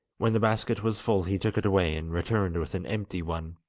when the basket was full he took it away and returned with an empty one,